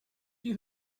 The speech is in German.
die